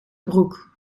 broek